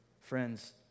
friends